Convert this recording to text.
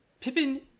Pippin